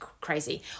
crazy